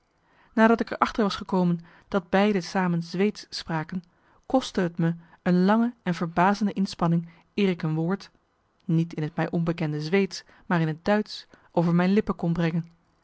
nadat ik er achter was gekomen dat beiden samen zweedsch spraken kostte t me een lange en verbazende marcellus emants een nagelaten bekentenis inspanning eer ik een woord niet in het mij onbekende zweedsch maar in het duitsch over mijn lippen kon brengen